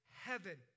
heaven